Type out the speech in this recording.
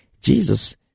Jesus